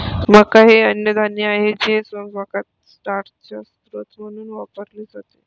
मका हे अन्नधान्य आहे जे स्वयंपाकात स्टार्चचा स्रोत म्हणून वापरले जाते